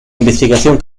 investigación